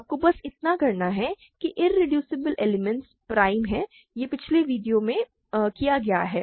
आपको बस इतना करना है कि इरेड्यूसीबल एलिमेंट्स प्राइम हैं यह सब पिछले वीडियो में किया गया था